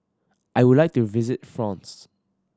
I would like to visit France